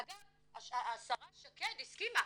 אגב, השרה שקד הסכימה.